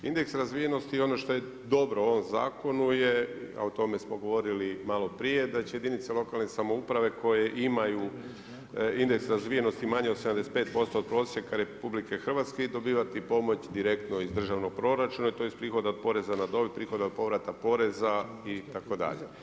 Indeks razvijenosti ono što je dobro u ovom zakonu je, a o tome smo govorili malo prije da će jedinice lokalne samouprave koje imaju indeks razvijenosti manji od 75% od prosjeka RH dobivati pomoć direktno iz državnog proračuna tj. prihoda od poreza na dobit, prihoda od povrata poreza itd.